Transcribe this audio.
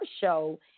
show